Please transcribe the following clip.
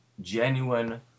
Genuine